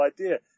idea